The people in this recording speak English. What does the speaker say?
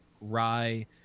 rye –